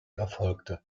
erfolgte